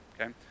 okay